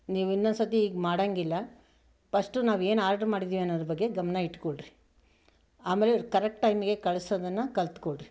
ನೀವು ಇನ್ನೊಂದು ಸರ್ತಿ ಹೀಗೆ ಮಾಡೋಂಗಿಲ್ಲ ಫಸ್ಟು ನಾವು ಏನು ಆರ್ಡರ್ ಮಾಡಿದ್ದೀವಿ ಅನ್ನೋದರ ಬಗ್ಗೆ ಗಮನ ಇಟ್ಕೊಳ್ರಿ ಆಮೇಲೆ ಕರೆಕ್ಟ್ ಟೈಮ್ಗೆ ಕಳಿಸೋದನ್ನು ಕಲಿತ್ಕೊಳ್ರಿ